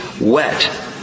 wet